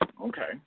Okay